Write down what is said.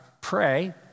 pray